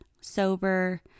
sober